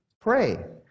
Pray